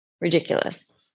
Ridiculous